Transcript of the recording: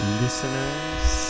listeners